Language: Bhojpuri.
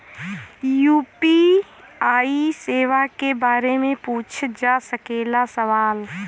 यू.पी.आई सेवा के बारे में पूछ जा सकेला सवाल?